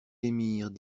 émirs